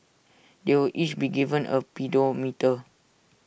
they will each be given A pedometer